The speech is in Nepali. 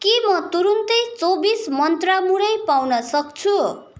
के म तुरुन्तै चौबिस मन्त्रा मुरै पाउन सक्छु